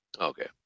Okay